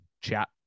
chat